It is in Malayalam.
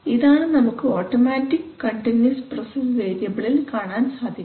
ഇതാണ് നമുക്ക് ഓട്ടോമാറ്റിക് കണ്ടിന്യൂസ് പ്രോസസ് വേരിയബിളിൽ കാണാൻ സാധിക്കുക